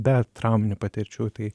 be trauminių patirčių tai